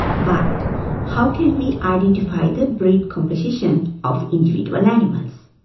but how can we identify the breed composition of individual animals?